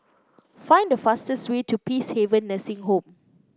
find the fastest way to Peacehaven Nursing Home